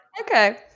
okay